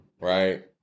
right